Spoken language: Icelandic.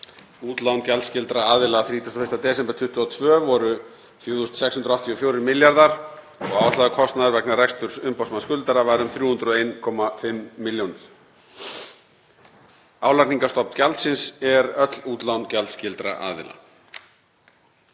Útlán gjaldskyldra aðila 31. desember 2022 voru um 4.684 milljarðar kr. og áætlaður kostnaður vegna reksturs umboðsmanns skuldara var um 301,5 milljónir. Álagningarstofn gjaldsins er öll útlán gjaldskyldra aðila.